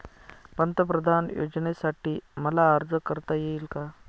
पंतप्रधान योजनेसाठी मला अर्ज करता येईल का?